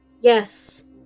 yes